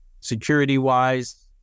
security-wise